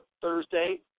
Thursday